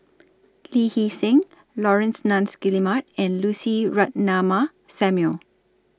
Lee Hee Seng Laurence Nunns Guillemard and Lucy Ratnammah Samuel